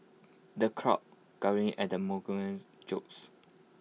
the crowd guffawed at the jokes